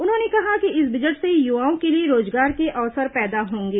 उन्होंने कहा कि इस बजट से युवाओं के लिए रोजगार के अवसर पैदा होंगे